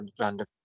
random